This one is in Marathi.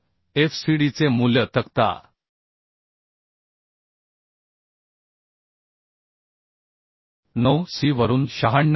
तर FCDचे मूल्य तक्ता 9 सी वरून 96